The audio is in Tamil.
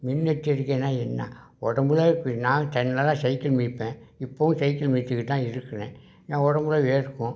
முன்னெச்சரிக்கைனா என்ன உடம்புல இப்போ நான் ஜென்ரலாக சைக்கிள் மிதிப்ப இப்போவும் சைக்கிள் மிதிச்சுக்கிட்டு தான் இருக்கிறேன் என் உடம்புல வேர்க்கும்